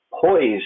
poised